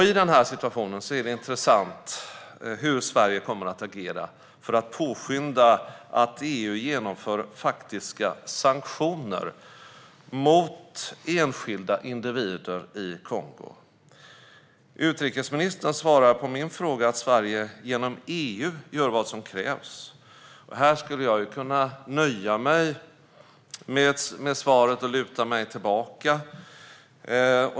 I den situationen är det intressant hur Sverige kommer att agera för att påskynda att EU genomför faktiska sanktioner mot enskilda individer i Kongo. Utrikesministern svarar på min fråga att Sverige genom EU gör vad som krävs. Här skulle jag kunna nöja mig med svaret och luta mig tillbaka.